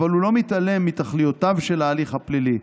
אבל הוא לא מתעלם מתכליותיו של ההליך הפלילי,